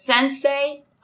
sensei